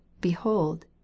Behold